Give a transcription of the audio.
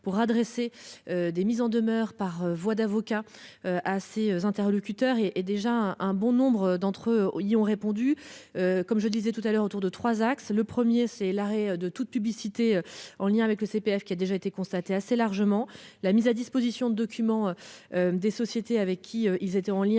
pour adresser des mises en demeure par voie d'avocat. À ses interlocuteurs et est déjà un bon nombre d'entre eux y ont répondu. Comme je disais tout à l'heure autour de 3 axes le 1er c'est l'arrêt de toute publicité en lien avec le CPF qui a déjà été constaté assez largement la mise à disposition de documents. Des sociétés avec qui il était en lien